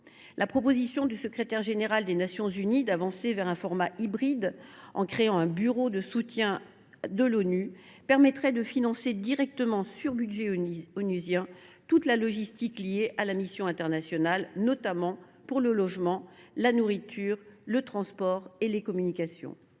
La proposition du secrétaire général de l’Organisation des Nations unies d’avancer vers un format hybride en créant un bureau de soutien de l’ONU permettrait de financer directement, sur budget onusien, toute la logistique liée à la mission internationale, notamment pour le logement, la nourriture, le transport et les communications.